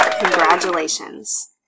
Congratulations